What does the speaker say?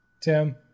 Tim